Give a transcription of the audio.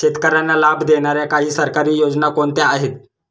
शेतकऱ्यांना लाभ देणाऱ्या काही सरकारी योजना कोणत्या आहेत?